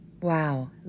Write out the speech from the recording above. wow